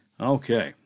okay